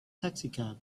taxicab